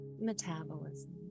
metabolism